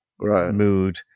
mood